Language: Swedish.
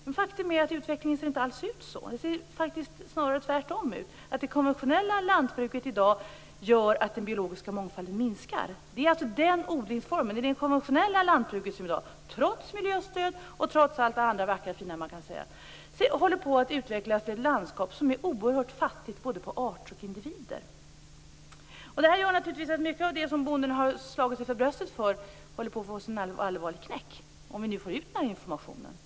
Men faktum är att utvecklingen inte alls ser ut så. Det ser snarare ut som att det konventionella lantbruket i dag tvärtom gör att den biologiska mångfalden minskar. Det är denna odlingsform som i dag, trots miljöstöd och allt det andra vackra och fina som man kan säga, håller på att utveckla ett landskap som är oerhört fattigt på både arter och individer. Detta gör naturligtvis att mycket av det som bonden har slagit sig för bröstet för får sig en allvarlig knäck om vi får ut den här informationen.